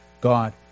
God